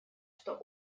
что